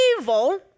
evil